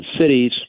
cities